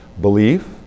Belief